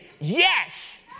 Yes